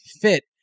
fit